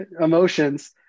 emotions